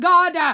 God